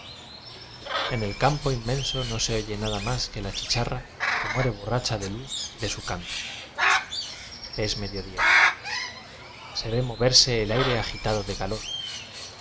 n el campo inmenso no se oye nada más que la chicharra que muere borracha de luz y de su canto es medio día se ve moverse el aire agi tado de calor